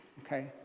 Okay